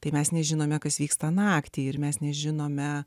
tai mes nežinome kas vyksta naktį ir mes nežinome